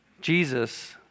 Jesus